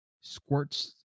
squirts